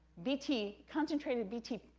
bt, concentrated bt,